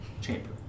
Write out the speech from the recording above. chamber